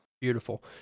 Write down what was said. Beautiful